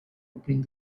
opening